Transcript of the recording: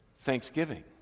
Thanksgiving